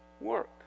work